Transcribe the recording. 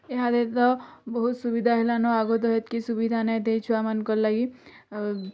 ଏହାଦେ ତ ବହୁତ୍ ସୁବିଧା ହେଲାନ ଆଗରୁ ହେତିକି ସୁବିଧା ନାଇଁଥାଇ ଛୁଆମାନକର୍ ଲାଗି ଆଉ